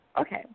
Okay